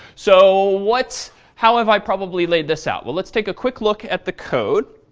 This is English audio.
so, what how have i probably laid this out? well, let's take a quick look at the code.